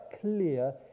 clear